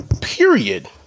period